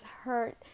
hurt